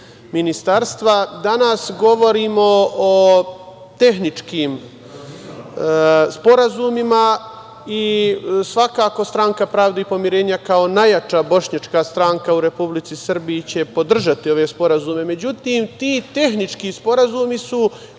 Ministarstva, danas govorimo o tehničkim sporazumima. Svakako će Stranka pravde i pomirenja, kao najjača kao bošnjačka stranka u Republici Srbiji, podržati ove sporazume. Međutim, ti tehnički sporazumi su